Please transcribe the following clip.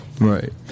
Right